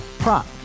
Prop